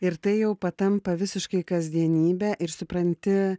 ir tai jau patampa visiškai kasdienybe ir supranti